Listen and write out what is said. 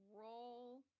roll